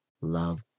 love